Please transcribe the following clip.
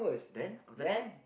then after that